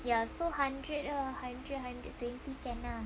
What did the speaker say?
ya so hundred or hundred hundred twenty can ah